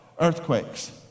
earthquakes